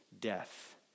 death